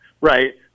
right